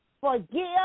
forgive